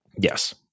Yes